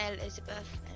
Elizabeth